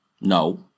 no